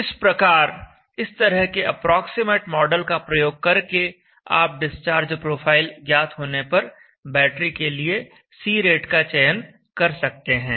इस प्रकार इस तरह के अप्रॉक्सिमेट मॉडल का प्रयोग करके आप डिस्चार्ज प्रोफाइल ज्ञात होने पर बैटरी के लिए C रेट का चयन कर सकते हैं